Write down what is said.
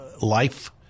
life